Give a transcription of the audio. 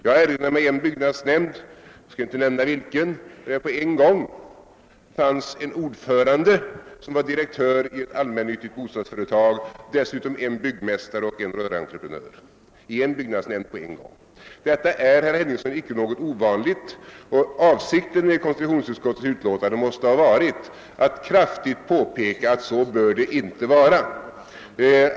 Jag erinrar mig en byggnadsnämnd — jag skall inte nämna vilken — där det på en gång fanns en ordförande som var direktör i ett allmännyttigt bostadsföretag, en byggnadsdirektör och en rörentreprenör. Detta är inte något ovanligt, herr Henningsson, och avsikten med konstitutionsutskottets utlåtande måste ha varit att kraftigt påpeka att så bör det inte vara.